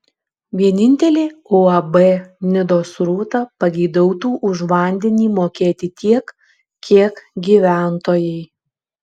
vienintelė uab nidos rūta pageidautų už vandenį mokėti tiek kiek gyventojai